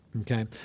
okay